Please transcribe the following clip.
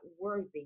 worthy